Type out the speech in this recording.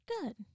Good